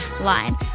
line